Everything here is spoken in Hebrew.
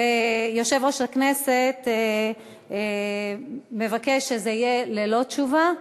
יושב-ראש הכנסת מבקש שזה יהיה ללא תשובה,